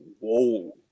whoa